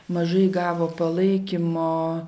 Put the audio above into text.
mažai gavo palaikymo